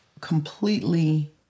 completely